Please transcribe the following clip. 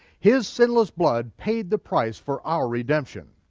his sinless blood paid the price for our redemption.